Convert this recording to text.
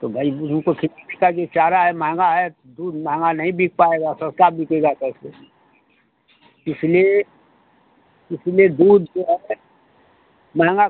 तो भई उनको खिलाने का जो चारा है महंगा है दूध महंगा नहीं बिक पाएगा सस्ता बिकेगा कैसे इसलिए इसलिए दूध जो है महंगा